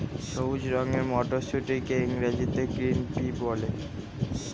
সবুজ রঙের মটরশুঁটিকে ইংরেজিতে গ্রিন পি বলে